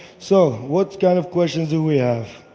so what kind of questions do we have?